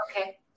Okay